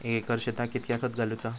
एक एकर शेताक कीतक्या खत घालूचा?